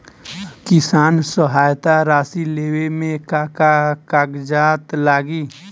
किसान सहायता राशि लेवे में का का कागजात लागी?